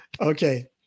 Okay